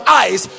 eyes